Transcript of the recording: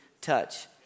touch